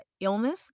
illness